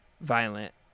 violent